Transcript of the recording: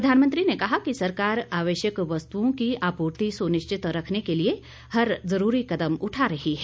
प्रधानमंत्री ने कहा कि सरकार आवश्यक वस्तुओं की आपूर्ति सुनिश्चित रखने के लिए हर आवश्यक उपाय कर रही है